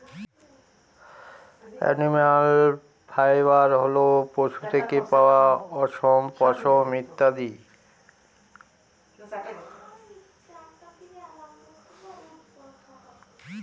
animal fiber হল পশু থেকে পাওয়া অশম, পশম ইত্যাদি